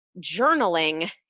journaling